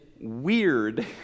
weird